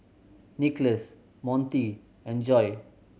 Nicholas Monty and Joi